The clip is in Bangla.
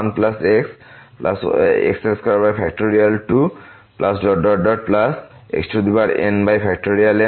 Rnx সমস্ত ডেরিভেটিভ 1